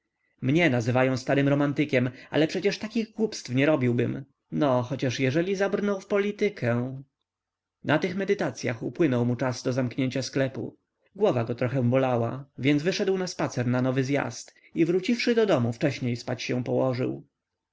mnie nazywają starym romantykiem ale przecież takich głupstw nie robiłbym no chociaż jeżeli zabrnął w politykę na tych medytacyach upłynął mu czas do zamknięcia sklepu głowa go trochę bolała więc wyszedł na spacer na nowy zjazd i wróciwszy do domu wcześnie spać się położył